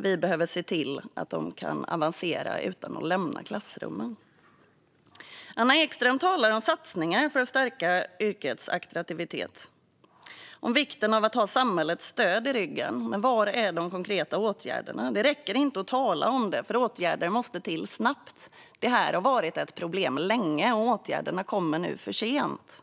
Vi behöver se till att de kan avancera utan att lämna klassrummen. Anna Ekström talar om satsningar för att stärka yrkets attraktivitet och om vikten av att ha samhällets stöd i ryggen. Men var är de konkreta åtgärderna? Det räcker inte att tala om detta. Åtgärder måste till snabbt. Detta har länge varit ett problem, och åtgärderna kommer för sent.